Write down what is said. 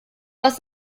was